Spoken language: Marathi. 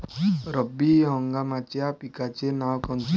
रब्बी हंगामाच्या पिकाचे नावं कोनचे?